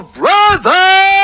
brother